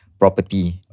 Property